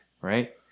right